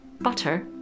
butter